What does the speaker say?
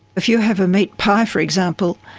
if you have a meat pie, for example,